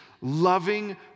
loving